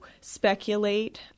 speculate